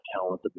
talent